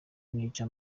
n’icyo